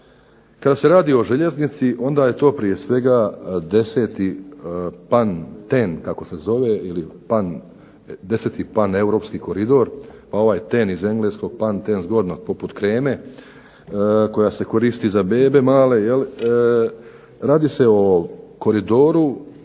kada se radi o željeznici onda je to prije svega 10. pan ten, ili kako se zove 10. Paneuropski koridor, ovaj ten iz Engleskog zgodnog poput kreme koja se koristi za bebe male. Radi se o koridoru